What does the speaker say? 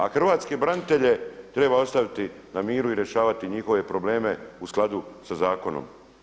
A hrvatske branitelje treba ostaviti na miru i rješavati njihove probleme u skladu sa zakonom.